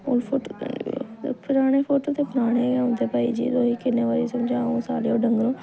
photo पराना photo ते पराने गै होंदे भाई जे कोई किन्ने बारी समझाए हून सारे ओ डंगरो